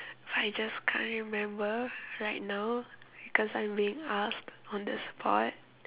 I just can't remember right now because I'm being asked on the spot